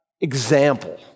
example